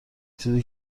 چیزی